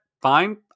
fine